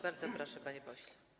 Bardzo proszę, panie pośle.